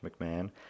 McMahon